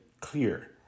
clear